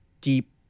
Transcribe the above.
deep